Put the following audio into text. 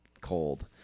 cold